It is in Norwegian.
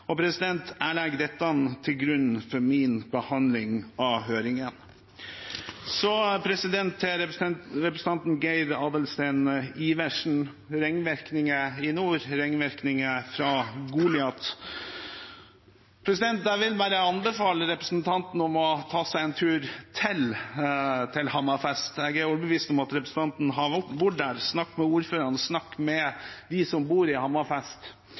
jeg legger dette til grunn for min behandling av høringene. Så til representanten Geir Adelsten Iversen om ringvirkninger i nord, ringvirkninger fra Goliat: Jeg vil anbefale representanten å ta en tur til til Hammerfest – jeg er overbevist om at representanten har vært der. Snakk med ordføreren, snakk med dem som bor i Hammerfest.